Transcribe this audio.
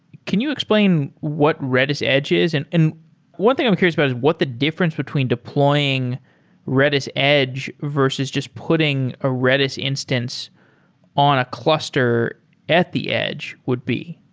can you explain what redis edge is? and and one thing i'm curious about is what's the difference between deploying redis edge versus just putting a redis instance on a cluster at the edge would be?